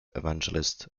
evangelist